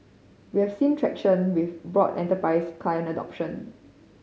we have seen traction with broad enterprise client adoption